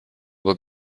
will